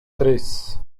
três